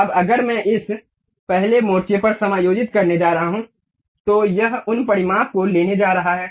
अब अगर मैं इस पहले मोर्चे पर समायोजित करने जा रहा हूं तो यह इन परिमाप को लेने जा रहा है